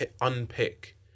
unpick